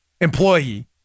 employee